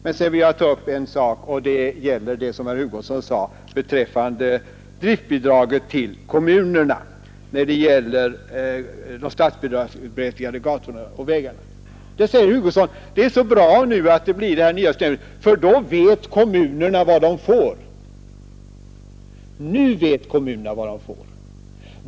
Sedan vill jag ta upp vad herr Hugosson sade beträffande det statsbidrag som utgår till drift av kommunala vägar och gator. Det är bra med ett reservationsanslag, säger herr Hugosson, för då vet kommunerna vad de får. Nu vet kommunerna vad de får.